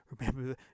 Remember